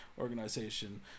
organization